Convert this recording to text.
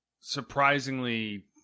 surprisingly